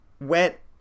wet